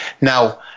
Now